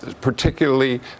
particularly